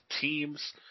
teams